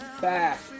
Back